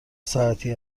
ساعتی